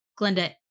Glenda